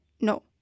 No